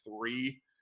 three